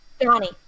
Donnie